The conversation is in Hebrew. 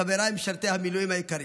חבריי משרתי המילואים היקרים,